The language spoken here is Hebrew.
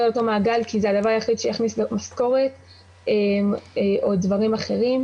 לאותו מעגל כי זה הדבר היחיד שמכניס לו משכורת או דברים אחרים,